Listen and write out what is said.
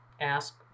ask